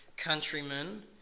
Countrymen